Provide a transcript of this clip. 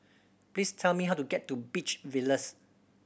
please tell me how to get to Beach Villas